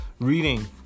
reading